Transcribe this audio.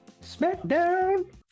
Smackdown